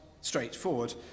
straightforward